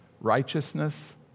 righteousness